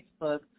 Facebook